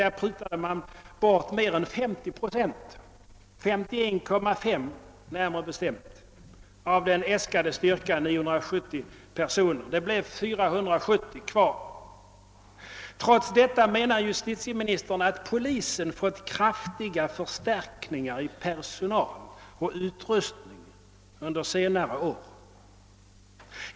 Där prutade regeringen bort mer än 50 procent, 51,5 procent närmare bestämt, av den äskade styrkan på 970 personer — det blev 470 tjänster kvar. Trots detta menar justitieministern att polisen fått »kraftiga förstärkningar» i personal och utrustning under senare år.